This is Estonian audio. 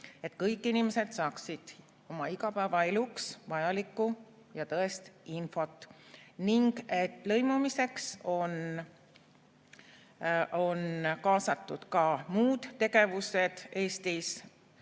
et kõik inimesed saaksid oma igapäevaeluks vajalikku ja tõest infot ning et lõimumisse on kaasatud ka muud tegevused Eesti